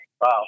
wow